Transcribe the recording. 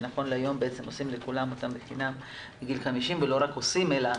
כשבעצם היום עושים לכולן את הבדיקות מגיל 50 ולא רק עושים אלא